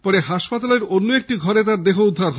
পরে হাসপাতালের অন্য একটি ঘরে তাঁর দেহ উদ্ধার হয়